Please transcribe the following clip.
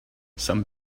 some